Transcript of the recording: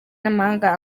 n’amahanga